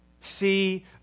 see